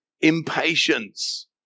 impatience